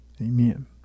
Amen